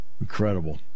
incredible